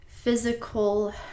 physical